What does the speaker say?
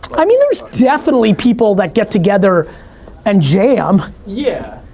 i mean there's definitely people that get together and jam. yeah.